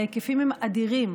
ההיקפים הם אדירים.